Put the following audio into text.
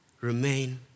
remain